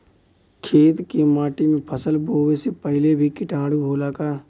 खेत के माटी मे फसल बोवे से पहिले भी किटाणु होला का?